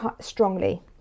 strongly